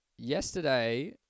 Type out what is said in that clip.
Yesterday